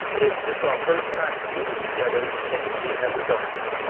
it's, it's our first time meeting each other, technically, as adults.